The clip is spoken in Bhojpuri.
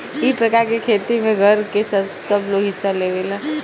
ई प्रकार के खेती में घर के सबलोग हिस्सा लेवेला